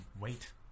wait